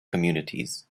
communities